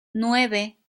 nueve